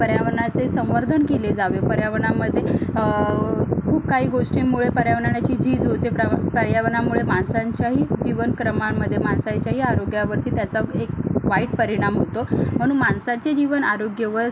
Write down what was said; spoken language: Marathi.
पर्यावरणाचे संवर्धन केले जावे पर्यावरणामध्ये खूप काही गोष्टींमुळे पर्यावरणाची झीज होते प्रवा पर्यावरणामुळे माणसांच्याही जीवनक्रमांमध्ये माणसांच्याही आरोग्यावरती त्याचा एक वाईट परिणाम होतो म्हणून माणसाचे जीवन आरोग्य व